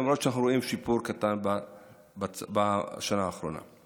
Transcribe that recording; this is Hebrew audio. למרות שאנחנו רואים שיפור קטן בשנה האחרונה.